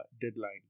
deadline